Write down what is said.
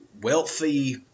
wealthy